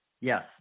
Yes